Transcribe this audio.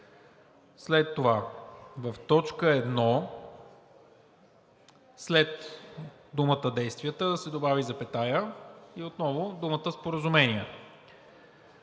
След това в т. 1 след думата „действията“ да се добави запетая и отново думата „споразумения“.